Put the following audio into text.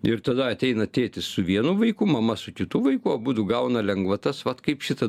ir tada ateina tėtis su vienu vaiku mama su kitu vaiku abudu gauna lengvatas vat kaip šitą